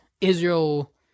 Israel